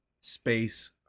Space